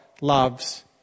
loves